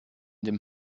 dem